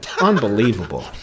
Unbelievable